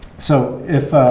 so, if